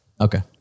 Okay